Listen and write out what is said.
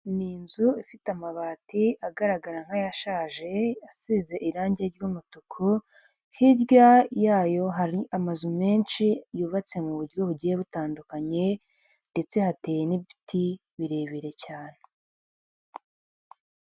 Ni inzu ifite amabati agaragara nk'ayashaje asize irangi ry'umutuku hirya yayo hari amazu menshi yubatse mu buryo bugiye butandukanye ndetse hateye n'ibiti birebire cyane.